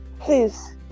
please